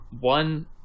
one